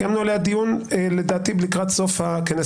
קיימנו עליה דיון לדעתי לקראת סוף הכנס